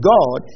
God